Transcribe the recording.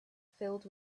filled